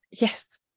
Yes